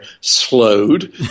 slowed